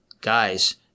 guys